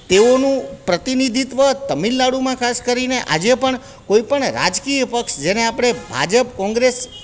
તેઓનું પ્રતિનિધિત્વ તમિલનાડુમાં ખાસ કરીને આજે પણ કોઈ પણ રાજકીય પક્ષ જેને આપણે ભાજપ કોંગ્રેસ